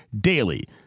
DAILY